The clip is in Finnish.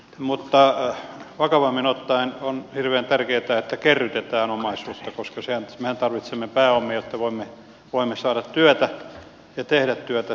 mutta vakavammin ottaen on hirveän tärkeätä että kerrytetään omaisuutta koska mehän tarvitsemme pääomia jotta voimme saada työtä ja tehdä työtä